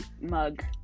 mug